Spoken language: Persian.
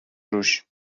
روش